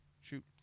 shoot